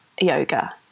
yoga